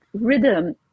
rhythm